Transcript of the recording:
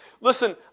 Listen